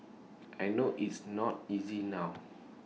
I know it's not easy now